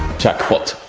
jackpot!